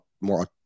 more